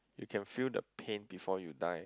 you can feel the pain before you die